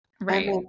Right